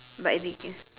but if it is